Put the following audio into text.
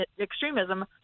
extremism